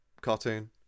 Cartoon